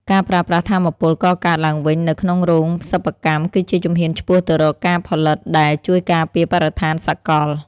ការប្រើប្រាស់ថាមពលកកើតឡើងវិញនៅក្នុងរោងសិប្បកម្ម គឺជាជំហានឆ្ពោះទៅរកការផលិតដែលជួយការពារបរិស្ថានសកល។